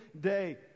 day